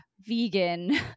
vegan